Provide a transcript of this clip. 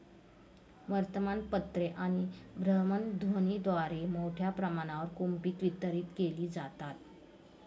वर्तमानपत्रे व भ्रमणध्वनीद्वारे मोठ्या प्रमाणावर कूपन वितरित केले जातात